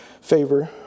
favor